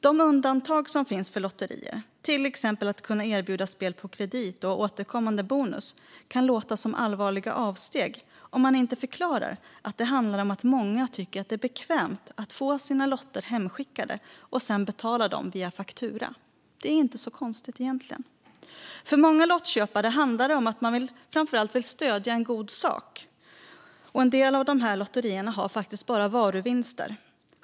De undantag som finns för lotterier, till exempel att kunna erbjuda spel på kredit och ha återkommande bonus, kan låta som allvarliga avsteg om man inte förklarar att det handlar om att många tycker att det är bekvämt att få sina lotter hemskickade och sedan betala dem via faktura. Det är egentligen inte så konstigt. För många lottköpare handlar det om att man framför allt vill stödja en god sak. En del av dessa lotterier har också bara varuvinster.